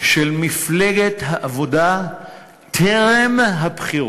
של מפלגת העבודה טרם הבחירות,